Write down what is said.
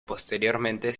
posteriormente